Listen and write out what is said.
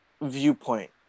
viewpoint